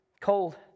Cold